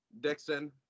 Dixon